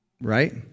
Right